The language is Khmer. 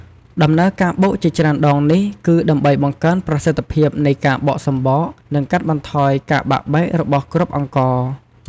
ដំណើរការបុក ជាច្រើនដងនេះ គឺដើម្បីបង្កើនប្រសិទ្ធភាពនៃការបកសម្បក និងកាត់បន្ថយការបាក់បែករបស់គ្រាប់អង្ករ។